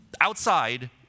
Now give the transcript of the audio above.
outside